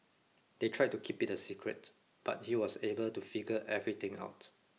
they tried to keep it a secret but he was able to figure everything out